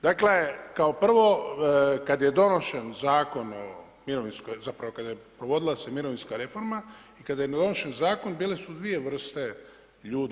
Dakle kao prvo, kada je donošen Zakon o mirovinskom zapravo, kada se provodila mirovinska reforma i kada je donošen zakon bile su dvije vrste ljudi.